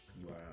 Wow